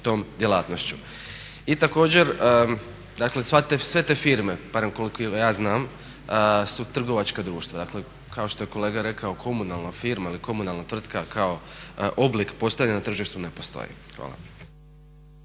tom djelatnošću. I također, dakle sve te firme barem koliko ja znam su trgovačka društva. Dakle, kao što je kolega rekao komunalna firma ili komunalna tvrtka kao oblik postojanja na tržištu ne postoji. Hvala.